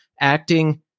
acting